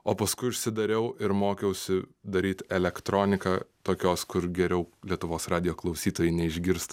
o paskui užsidariau ir mokiausi daryt elektroniką tokios kur geriau lietuvos radijo klausytojai neišgirstų